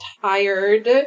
tired